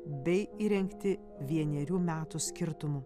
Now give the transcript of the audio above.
bei įrengti vienerių metų skirtumu